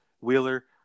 Wheeler